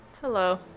Hello